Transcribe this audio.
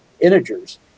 integers